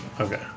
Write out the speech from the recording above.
Okay